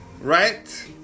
right